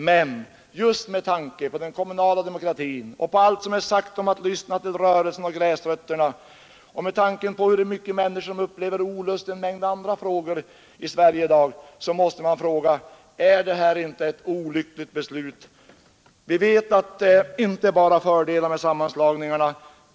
Men just med tanke på den kommunala demokratin och på allt som är sagt om att lyssna till rörelsen och gräsrötterna och med tanke på hur många människor som upplever olust i en mängd andra frågor i Sverige i dag så måste man fråga: Är inte detta ett olyckligt beslut? Vi vet att det inte bara är fördelar med sammanläggningarna.